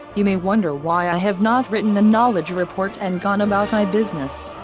you may wonder why i have not written a knowledge report and gone about my business.